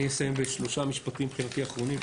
אני אסיים בשלושה משפטים מבחינתי אחרונים,